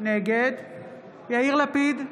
נגד יאיר לפיד,